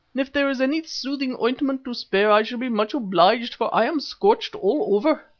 if there is any soothing ointment to spare, i shall be much obliged, for i am scorched all over.